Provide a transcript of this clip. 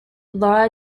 lara